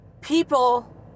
people